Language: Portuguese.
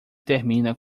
termina